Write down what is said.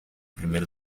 primer